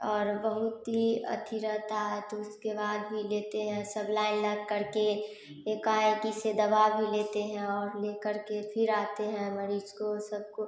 और बहुत ही अथि रहता है तो उसके बाद भी लेते हैं सब लाइन लग करके एका एकी से दवा भी लेते हैं और लेकर के फिर आते हैं मरीज़ को सब को